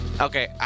Okay